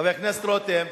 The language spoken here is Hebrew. חבר הכנסת רותם,